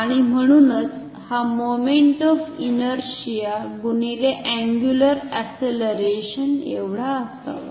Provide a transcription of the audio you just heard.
आणि म्हणूनच हा मोमेंट ऑफ इनरशिआ गुणिले अंगुअर अॅस्सेलरेशन एवढा असावा